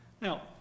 Now